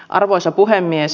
arvoisa puhemies